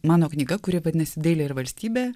mano knyga kuri vadinasi dailė ir valstybė